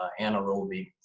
anaerobic